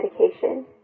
medication